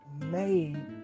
made